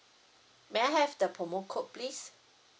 may I have the promo code please